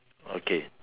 okay